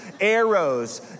arrows